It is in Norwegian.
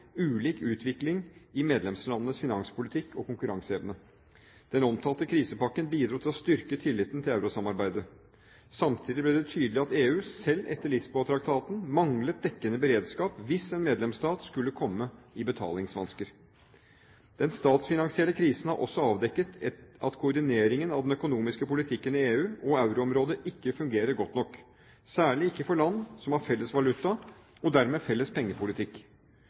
ulik utvikling i medlemslandenes finanspolitikk og konkurranseevne. Den omtalte krisepakken bidro til å styrke tilliten til eurosamarbeidet. Samtidig ble det tydelig at EU, selv etter Lisboa-traktaten, manglet dekkende beredskap hvis en medlemsstat skulle komme i betalingsvansker. Den statsfinansielle krisen har også avdekket at koordineringen av den økonomiske politikken i EU og euroområdet ikke fungerer godt nok, særlig ikke for land som har felles valuta og dermed felles pengepolitikk.